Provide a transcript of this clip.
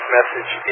message